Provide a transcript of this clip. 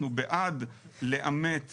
אנחנו בעד לאמץ